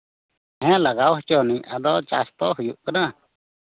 ᱦᱮᱸ ᱞᱟᱜᱟᱣ ᱦᱚᱪᱚ ᱟᱹᱱᱤᱪ ᱟᱫᱚ ᱪᱟᱥ ᱛᱚ ᱦᱩᱭᱩᱜ ᱠᱟᱱᱟ